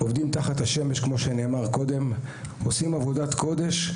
עובדים בשמש ועושים עבודת קודש.